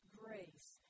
grace